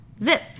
Zip